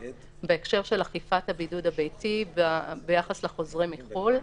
בהקשר של אכיפת הבידוד הביתי וביחס לחוזרים מחו"ל.